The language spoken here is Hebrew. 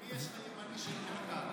יש לך,